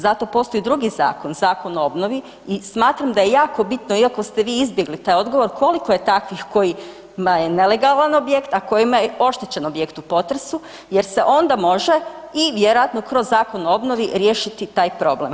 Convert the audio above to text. Zato postoji drugi zakon, Zakon o obnovi i smatram da je jako bitno, iako ste vi izbjegli taj odgovor koliko je takvih kojima je nelegalan objekt, a kojima je oštećen objekt u potresu jer se onda može i vjerojatno kroz Zakon o obnovi riješiti taj problem.